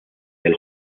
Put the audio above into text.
del